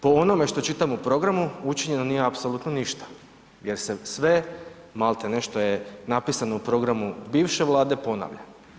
Po onome što čitam u programu učinjeno nije apsolutno ništa jer se sve maltene što je napisano u programu bivše vlade ponavlja.